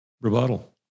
rebuttal